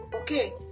Okay